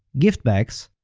gift bags,